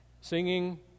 Singing